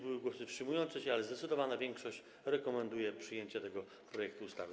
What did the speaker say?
Były głosy wstrzymujące się, ale zdecydowana większość rekomenduje przyjęcie tego projektu ustawy.